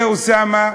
זה אוסאמה.